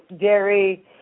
dairy